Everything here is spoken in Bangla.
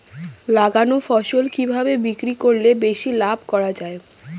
লাগানো ফসল কিভাবে বিক্রি করলে বেশি লাভ করা যায়?